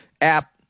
app